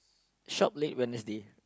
shop late Wednesday